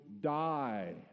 die